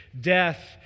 death